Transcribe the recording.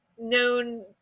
known